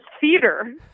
theater